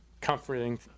comforting